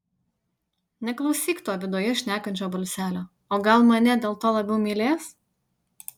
neklausyk to viduje šnekančio balselio o gal mane dėl to labiau mylės